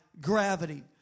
gravity